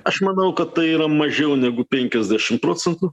aš manau kad tai yra mažiau negu penkiasdešim procentų